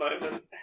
moment